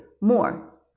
more